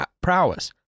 prowess